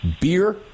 beer